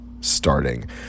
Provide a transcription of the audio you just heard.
starting